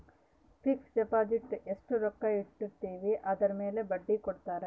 fix deposit ಎಸ್ಟ ರೊಕ್ಕ ಇಟ್ಟಿರ್ತಿವಿ ಅದುರ್ ಮೇಲೆ ಬಡ್ಡಿ ಕೊಡತಾರ